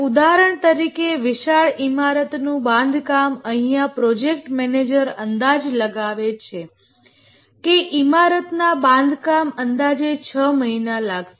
ઉદાહરણ તરીકે વિશાળ ઈમારતનું બાંધકામ અહીંયા પ્રોજેક્ટ મેનેજર અંદાજ લગાવે છે કે ઇમારતના બાંધકામ અંદાજે છ મહિના લાગશે